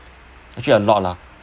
actually a lot lah